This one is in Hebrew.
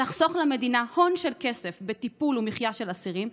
תחסוך למדינה הון של כסף לטיפול ומחיה של אסירים,